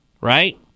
right